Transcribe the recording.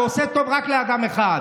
ועושה טוב רק לאדם אחד